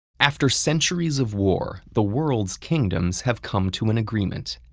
after centuries of war, the world's kingdoms have come to an agreement.